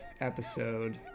episode